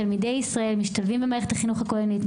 תלמידי ישראל משתלבים במערכת החינוך הכוללנית,